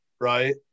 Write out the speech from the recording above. right